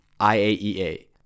IAEA